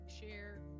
share